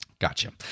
Gotcha